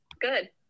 good